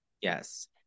yes